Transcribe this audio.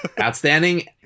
Outstanding